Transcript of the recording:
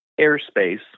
airspace